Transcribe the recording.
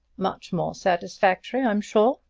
much more satisfactory, i am sure,